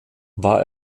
war